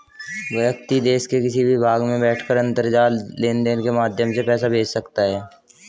व्यक्ति देश के किसी भी भाग में बैठकर अंतरजाल लेनदेन के माध्यम से पैसा भेज सकता है